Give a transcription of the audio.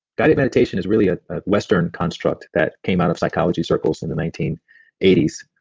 guided meditation is really a western construct that came out of psychology circles in the nineteen eighty s,